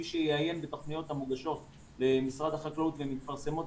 מי שיעיין בתוכניות המוגשות למשרד החקלאות ומתפרסמות